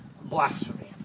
blasphemy